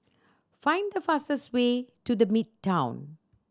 find the fastest way to The Midtown